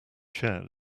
chair